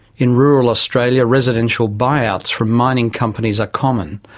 in rural australia, residential buyouts from mining companies are common.